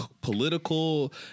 political